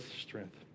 strength